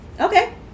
okay